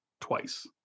twice